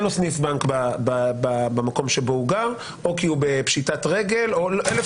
לו סניף במקום בו הוא גר או כי הוא בפשיטת רגל או אלף